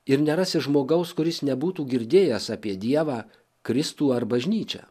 ir nerasi žmogaus kuris nebūtų girdėjęs apie dievą kristų ar bažnyčią